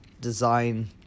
design